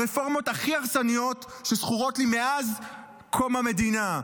הרפורמות הכי הרסניות שזכורות לי מאז קום המדינה.